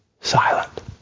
silent